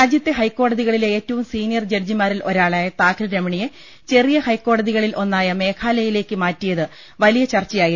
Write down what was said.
രാജ്യത്തെ ഹൈക്കോടതികളിലെ ഏറ്റവും സീനിയർ ജഡ്ജിമാരിൽ ഒരാളായ താഹിൽ രമ ണിയെ ചെറിയ ഹൈക്കോടതികളിൽ ഒന്നായ മേഘാലയ യിലേക്ക് മാറ്റിയത് വലിയ ചർച്ചയായിരുന്നു